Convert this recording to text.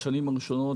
בשנים הראשונות,